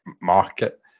market